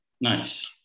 nice